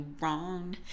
wrong